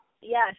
Yes